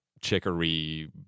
chicory